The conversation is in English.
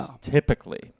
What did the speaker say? typically